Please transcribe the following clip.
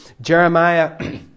Jeremiah